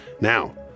Now